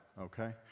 okay